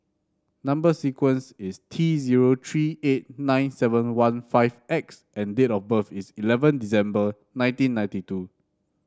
number sequence is T zero three eight nine seven one five X and date of birth is eleven December nineteen ninety two